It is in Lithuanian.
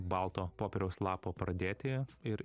balto popieriaus lapo pradėti ir